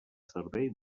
servei